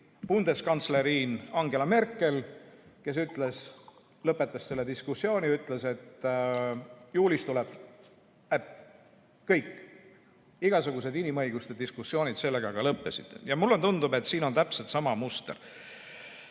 tuliBundeskanzlerinAngela Merkel, kes lõpetas selle diskussiooni ja ütles, et juulis tuleb äpp. Kõik. Igasugused inimõiguste diskussioonid sellega lõppesid. Mulle tundub, et siin on täpselt sama muster.